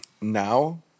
now